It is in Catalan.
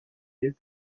ell